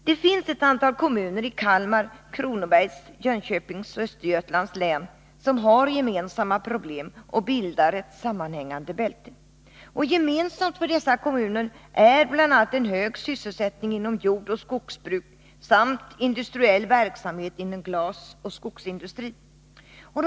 Det finns ett antal kommuner i Kalmar, Kronobergs, Jönköpings och Östergötlands län som har gemensamma problem och bildar ett sammanhängande bälte. Gemensamt för dessa kommuner är bl.a. en hög sysselsättning inom jordoch skogsbruk samt industriell verksamhet inom glasoch skogsindustrin.